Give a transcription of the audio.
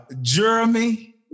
Jeremy